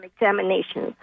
examinations